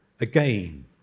again